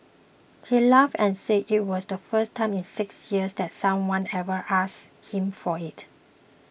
he laughed and said it was the first time in six years that someone ever asked him for it